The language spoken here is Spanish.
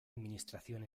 administración